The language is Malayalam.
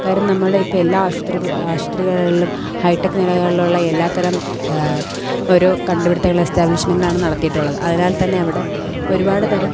കാര്യം നമ്മുടെ ഇപ്പം എല്ലാ ആശുപത്രി ആശുപത്രിയായാലും ഹൈ ടെക്ക് നിലകളുള്ള എല്ലാതരം ഒരു കണ്ടുപിടുത്തങ്ങൾ എസ്റ്റാബ്ലിഷ്മെൻ്റാണ് നടത്തിയിട്ടുള്ളത് അതിനാൽ തന്നെ അവിടെ ഒരുപാട് തരം